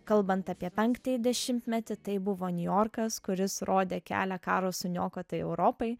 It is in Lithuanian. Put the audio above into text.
kalbant apie penktąjį dešimtmetį tai buvo niujorkas kuris rodė kelią karo suniokotai europai